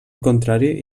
contrari